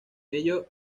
ello